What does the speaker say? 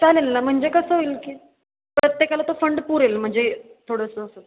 चालेल ना म्हणजे कसं होईल की प्रत्येकाला तो फंड पुरेल म्हणजे थोडंसं असं